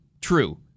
True